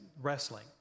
wrestling